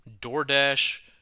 DoorDash